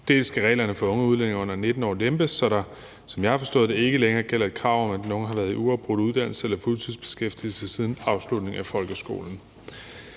dels skal reglerne for unge udlændinge under 19 år lempes, så der, som jeg har forstået det, ikke længere gælder et krav om, at den unge har været i uafbrudt uddannelse eller fuldtidsbeskæftigelse siden afslutningen af folkeskolen.